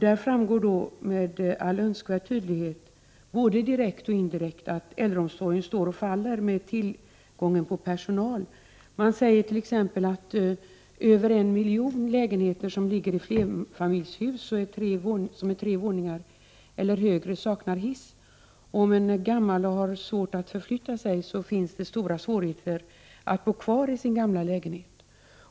Det framgår även med all önskvärd tydlighet, både direkt och indirekt, att äldreomsorgen står och faller med tillgången på personal. Det sägs t.ex. att över en miljon lägenheter i flerfamiljshus med tre eller fler våningar saknar hiss. För gamla människor som har svårt att förflytta sig kan det innebära problem att bo kvar i sina gamla lägenheter.